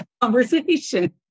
conversation